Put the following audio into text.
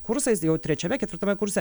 kursais jau trečiame ketvirtame kurse